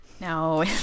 No